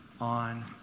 on